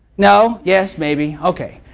no, yes, maybe. ok.